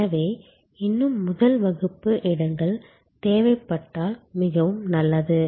எனவே இன்னும் முதல் வகுப்பு இடங்கள் தேவைப்பட்டால் மிகவும் நல்லது